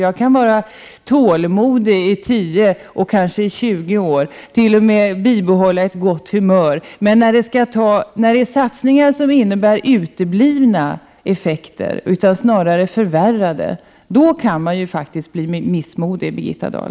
Jag kan vara tålmodig i tio och kanske tjugo år och t.o.m. bibehålla ett gott "humör, men när man iakttar satsningar som innebär uteblivna effekter och snarare förvärrar förhållandena, då kan man faktiskt bli missmodig, Birgitta Dahl.